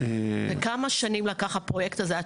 --- כמה שנים לקח הפרויקט הזה עד